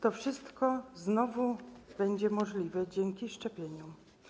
To wszystko znowu będzie możliwe dzięki szczepieniom.